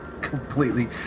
Completely